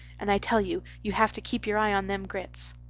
and i tell you, you have to keep your eye on them grits.